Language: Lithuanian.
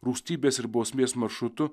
rūstybės ir bausmės maršrutu